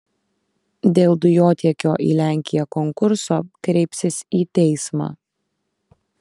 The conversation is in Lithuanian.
dėl dujotiekio į lenkiją konkurso kreipsis į teismą